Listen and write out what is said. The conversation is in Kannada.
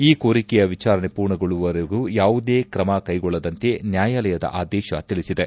ಈ ಕೋರಿಕೆಯ ವಿಚಾರಣೆ ಪೂರ್ಣಗೊಳ್ಳುವವರೆಗೂ ಯಾವುದೇ ಕ್ರಮಕ್ಕೆಗೊಳ್ಳದಂತೆ ನ್ನಾಯಾಲಯದ ಆದೇಶ ತಿಳಿಸಿದೆ